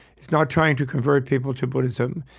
it's not trying to convert people to buddhism.